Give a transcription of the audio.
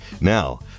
Now